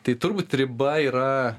tai turbūt riba yra